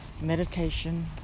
Meditation